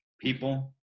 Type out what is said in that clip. people